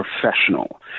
professional